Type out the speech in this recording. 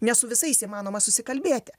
ne su visais įmanoma susikalbėti